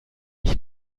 ich